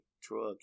drug